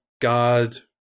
god